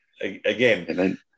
again